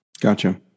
Gotcha